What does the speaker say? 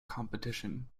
competition